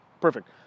perfect